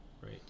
right